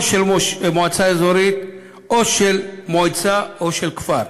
או של מועצה אזורית, או של מועצה, או של כפר.